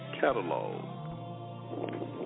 Catalog